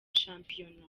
shampiyona